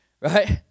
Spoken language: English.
right